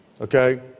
okay